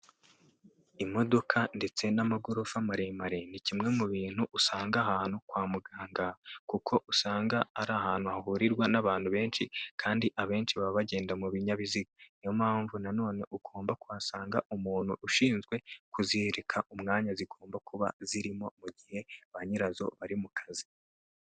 Imodoka ndetse n'amagorofa maremare ni kimwe mu bintu usanga ahantu kwa muganga kuko usanga ari ahantu hahurirwa n'abantu benshi kandi abenshi baba bagenda mu binyabiziga niyo mpamvu nanone ugomba kuhasanga umuntu ushinzwe kuzihirika umwanya zigomba kuba zirimo mu gihe ba nyirazo bari mu kazi.